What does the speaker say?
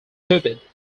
stupid